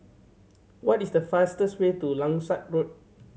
what is the fastest way to Langsat Road